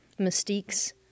Mystique's